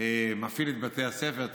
מפעיל את בתי הספר,